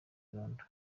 irondo